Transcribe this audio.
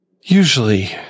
Usually